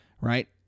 Right